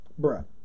Bruh